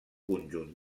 conjunt